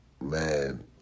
man